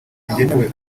kigenewe